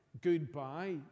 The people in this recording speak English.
goodbye